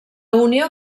unió